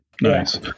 nice